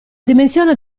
dimensione